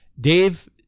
dave